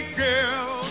girl